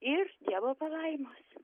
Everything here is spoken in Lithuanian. ir dievo palaimos